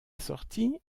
sortie